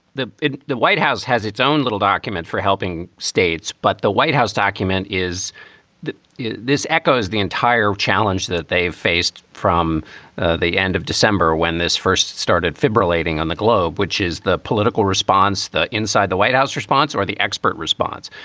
the the white house has its own little document for helping states. but the white house document is that yeah this echoes the entire challenge that they faced from the the end of december when this first started. fibrillating on the globe, which is the political response inside the white house response or the expert response?